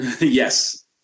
Yes